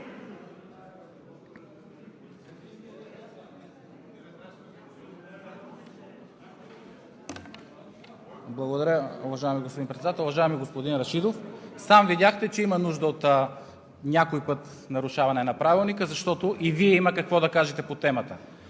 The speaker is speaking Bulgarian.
Благодаря, уважаеми господин Председател. Уважаеми господин Рашидов, сам видяхте, че има нужда някой път от нарушаване на Правилника, защото и Вие има какво да кажете по темата.